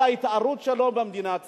על ההתערות שלו במדינת ישראל.